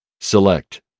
Select